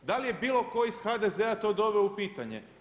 Da li je bilo tko iz HDZ-a to doveo u pitanje?